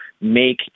make